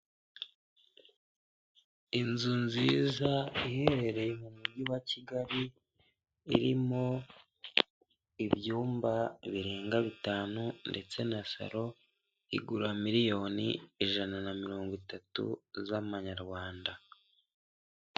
Inzu nziza iherereye mu mujyi wa kigali, irimo ibyumba birenga bitanu ndetse na salo. Igura miliyoni ijana na mirongo itatu z'amanyarwanda.